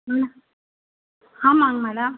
ம் ஆமாங்க மேடம்